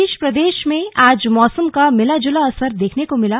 इस बीच प्रदेश में आज मौसम का मिला जुला असर देखने को मिला